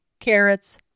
carrots